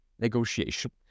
negotiation